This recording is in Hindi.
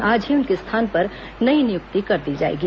आज ही उनके स्थान पर नई नियुक्ति कर दी जाएगी